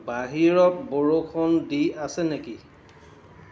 বাহিৰত বৰষুণ দি আছে নেকি